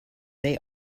they